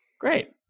great